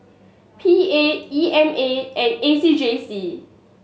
P A E M A and A C J C